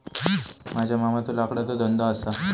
माझ्या मामाचो लाकडाचो धंदो असा